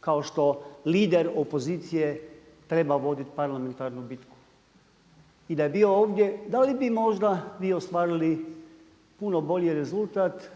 kao što lider opozicije trebao voditi parlamentarnu bitku. I da je bio ovdje da li bi možda vi ostvarili puno bolji rezultat